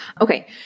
Okay